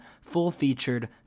full-featured